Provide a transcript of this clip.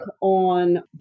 on